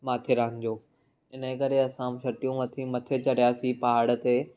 माथेरान जो हिन ई करे असां छटियूं वठी मथे चढ़ियासीं पहाड़ ते